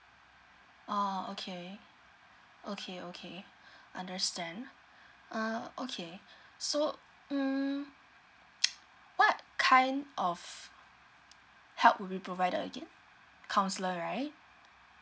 oh okay okay okay understand uh okay so hmm what kind of help would be provided again counsellor right